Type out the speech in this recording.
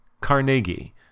Carnegie